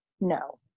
no